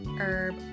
Herb